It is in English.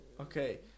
Okay